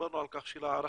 דיברנו על כך שלהערכתנו,